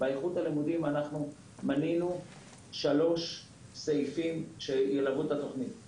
אנחנו מנינו שלושה סעיפים שילוו את התוכנית בהקשר הזה.